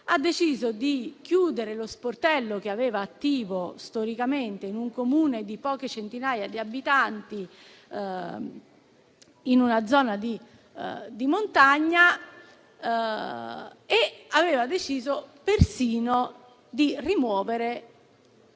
ha deciso di chiudere lo sportello che aveva attivo storicamente in un Comune di poche centinaia di abitanti in una zona di montagna e persino di rimuovere